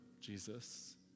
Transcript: Jesus